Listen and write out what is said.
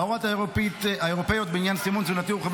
ההוראות האירופאיות בעניין סימון תזונתי הורחבו